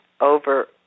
over